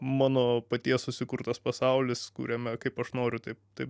mano paties susikurtas pasaulis kuriame kaip aš noriu taip taip